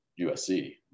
USC